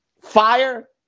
fire